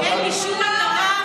אין לי שום מטרה,